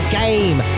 game